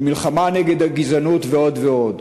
במלחמה נגד הגזענות ועוד ועוד.